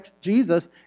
Jesus